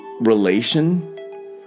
relation